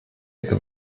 это